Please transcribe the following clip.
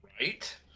Right